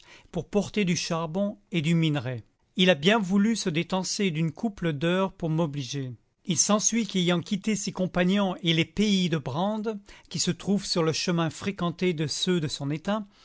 pour porter du charbon et du minerai il a bien voulu se détemcer d'une couple d'heures pour m'obliger il s'en suit qu'ayant quitté ses compagnons et les pays de brandes qui se trouvent sur le chemin fréquenté de ceux de son état